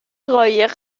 قایق